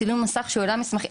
צילום מסך שהעלה מסמכים.